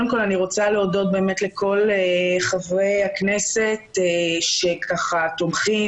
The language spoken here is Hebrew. אני רוצה להודות לכל חברי הכנסת שתומכים